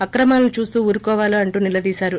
అక్రమాలను చూస్తూ ఊరుకోవాలా అంటూ నిలదీశారు